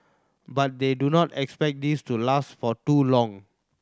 but they do not expect this to last for too long